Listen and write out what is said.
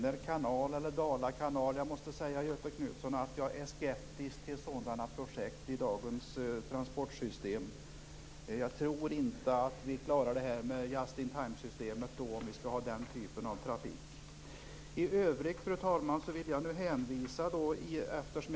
Fru talman! Jag måste säga att jag är skeptisk till sådana projekt som Väner kanal eller Dala kanal i dagens transportsystem. Jag tror inte att den typen av trafik klarar detta med just in time-systemet. Fru talman!